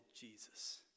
Jesus